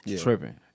Tripping